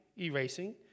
erasing